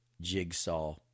jigsaw